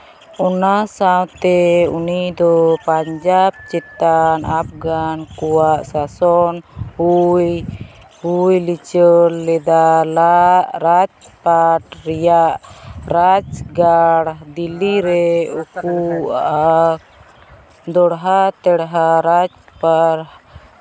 ᱚᱱᱟ ᱥᱟᱶᱛᱮ ᱩᱱᱤ ᱫᱚ ᱯᱟᱧᱡᱟᱵᱽ ᱪᱮᱛᱟᱱ ᱟᱯᱷᱜᱟᱱ ᱠᱚᱣᱟᱜ ᱥᱟᱥᱚᱱ ᱦᱚᱭ ᱦᱚᱭ ᱞᱤᱪᱟᱹᱲ ᱞᱮᱫᱟ ᱨᱟᱡᱽ ᱯᱟᱴ ᱨᱮᱭᱟᱜ ᱨᱟᱡᱽ ᱜᱟᱲ ᱫᱤᱞᱞᱤ ᱨᱮ ᱩᱱᱠᱩ ᱟᱨ ᱫᱚᱲᱦᱟᱼᱛᱮᱲᱦᱟ ᱨᱟᱡᱽ ᱜᱟᱲ